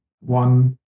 one